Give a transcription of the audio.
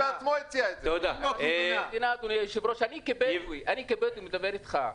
אדוני היושב-ראש, אני מדבר איתך כבדואי.